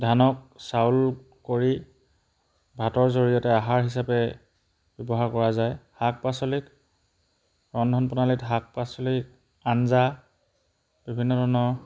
ধানক চাউল কৰি ভাতৰ জৰিয়তে আহাৰ হিচাপে ব্যৱহাৰ কৰা যায় শাক পাচলিক ৰন্ধন প্ৰণালীত শাক পাচলি আঞ্জা বিভিন্ন ধৰণৰ